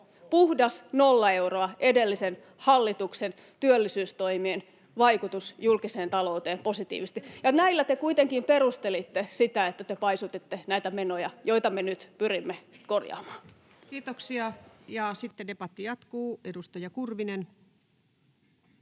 Puhdas nolla euroa oli edellisen hallituksen työllisyystoimien vaikutus julkiseen talouteen positiivisesti, ja näillä te kuitenkin perustelitte sitä, että te paisutitte näitä menoja, joita me nyt pyrimme korjaamaan. [Speech 80] Speaker: Ensimmäinen